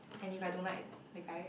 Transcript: and if I don't like the guy